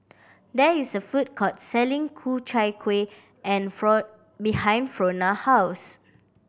there is a food court selling Ku Chai Kueh and behind Frona house